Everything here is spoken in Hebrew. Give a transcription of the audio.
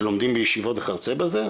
שלומדים בישיבות וכיוצא בזה,